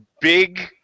big